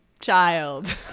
child